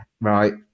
right